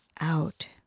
out